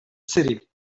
city